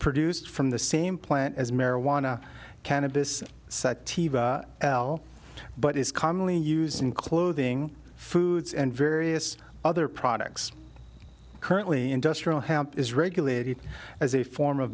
produced from the same plant as marijuana cannabis l but is commonly used in clothing foods and various other products currently industrial hemp is regulated as a form of